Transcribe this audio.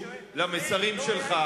ויקשיבו למסרים שלך.